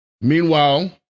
Meanwhile